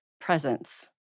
presence